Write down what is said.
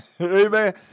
Amen